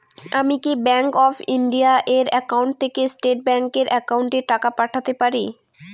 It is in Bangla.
আমি কি ব্যাংক অফ ইন্ডিয়া এর একাউন্ট থেকে স্টেট ব্যাংক এর একাউন্টে টাকা পাঠাতে পারি?